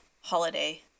holiday